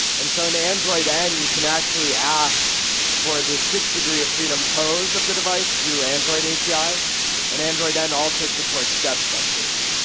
and so in android n you can actually ask for the six degree of freedom pose of the device through android apis and android n also supports depth sensors.